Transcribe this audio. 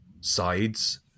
sides